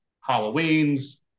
Halloween's